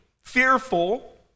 fearful